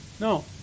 No